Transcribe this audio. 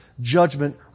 judgment